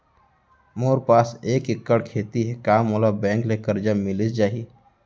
मोर पास एक एक्कड़ खेती हे का मोला बैंक ले करजा मिलिस जाही?